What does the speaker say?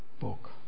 book